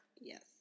Yes